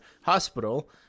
hospital